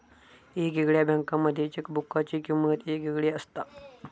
येगयेगळ्या बँकांमध्ये चेकबुकाची किमंत येगयेगळी असता